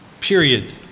Period